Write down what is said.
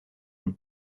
une